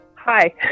hi